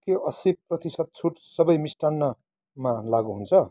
के अस्सी प्रतिशत छुट सबै मिस्टान्नमा लागु हुन्छ